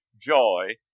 joy